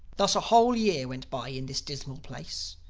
thus a whole year went by in this dismal place.